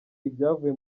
ibyavuye